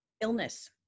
Illness